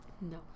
No